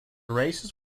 races